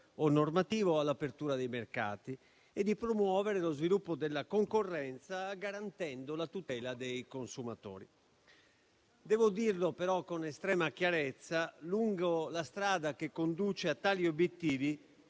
o normativo all'apertura dei mercati e di promuovere lo sviluppo della concorrenza, garantendo la tutela dei consumatori. Devo dire, però, con estrema chiarezza che, lungo la strada che conduce a tali obiettivi,